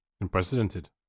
Unprecedented